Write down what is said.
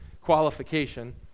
qualification